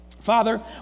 Father